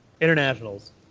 Internationals